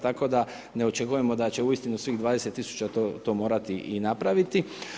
Tako da ne očekujemo da će uistinu svih 20000 to morati i napraviti.